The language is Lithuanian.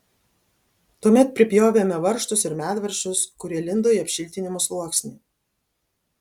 tuomet pripjovėme varžtus ir medvaržčius kurie lindo į apšiltinimo sluoksnį